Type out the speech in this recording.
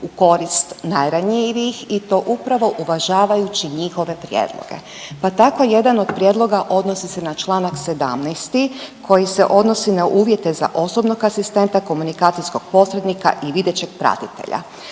u korist najranjivijih i to upravo uvažavajući njihove prijedloge. Pa tako jedan od prijedloga odnosi se na Članak 17. koji se odnosi na uvjete za osobnog asistenta, komunikacijskog posrednika i videćeg pratitelja.